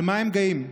על מה הם גאים?"